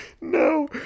No